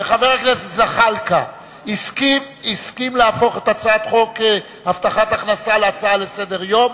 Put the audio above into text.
חבר הכנסת זחאלקה הסכים להפוך את הצעת חוק הבטחת הכנסה להצעה לסדר-היום,